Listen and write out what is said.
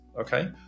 okay